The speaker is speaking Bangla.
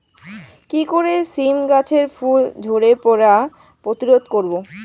কি করে সীম গাছের ফুল ঝরে পড়া প্রতিরোধ করব?